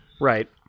Right